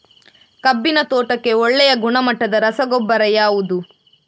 ಕಬ್ಬಿನ ತೋಟಕ್ಕೆ ಒಳ್ಳೆಯ ಗುಣಮಟ್ಟದ ರಸಗೊಬ್ಬರ ಯಾವುದು?